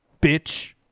bitch